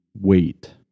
wait